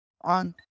on